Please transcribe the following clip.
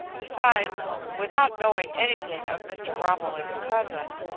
besides, without knowing anything of mr. romilly's cousin,